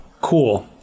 Cool